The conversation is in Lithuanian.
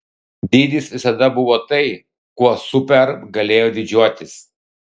dydis visada buvo tai kuo superb galėjo didžiuotis